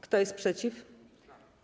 Kto jest przeciw?